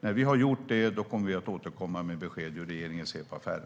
När vi har gjort det kommer vi att återkomma med besked om hur regeringen ser på affären.